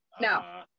no